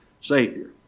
Savior